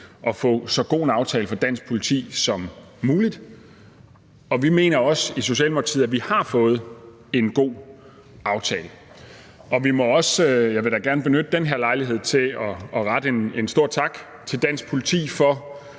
at få så god en aftale for dansk politi som muligt. Og vi mener også i Socialdemokratiet, at vi har fået en god aftale. Jeg vil da gerne benytte den her lejlighed til at rette en stor tak til dansk politi for,